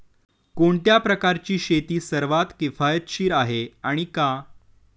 कोणत्या प्रकारची शेती सर्वात किफायतशीर आहे आणि का?